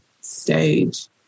stage